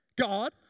God